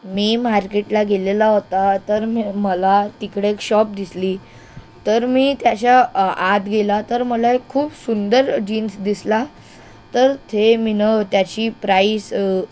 मी मार्केटला गेलेला होता तर मग मला तिकडे एक शॉप दिसली तर मी त्याच्या आत गेला तर मला एक खूप सुंदर जीन्स दिसला तर ते मी ना त्याची प्राईस